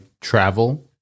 travel